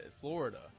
Florida